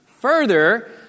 Further